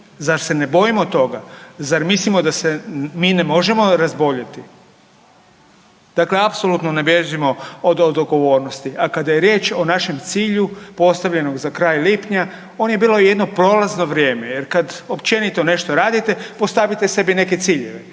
Zar se ne bojimo toga? Zar mislimo da se mi ne možemo razboljeti? Dakle, apsolutno ne bježimo od odgovornosti, a kada je riječ o našem cilju postavljenog za kraj lipnja on je bilo jedno prolazno vrijeme, jer kada općenito nešto radite postavite sebi neke ciljeve.